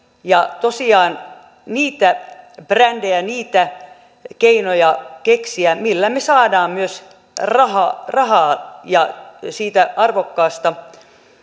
ja tosiaan keksiä niitä brändejä niitä keinoja millä me saamme myös rahaa ja lisäansiota siitä arvokkaasta